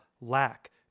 lack